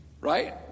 right